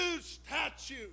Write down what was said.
statue